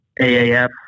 AAF